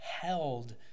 held